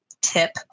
tip